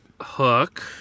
Hook